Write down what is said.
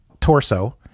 torso